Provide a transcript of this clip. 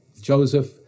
Joseph